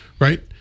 Right